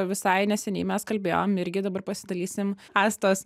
visai neseniai mes kalbėjom irgi dabar pasidalysim astos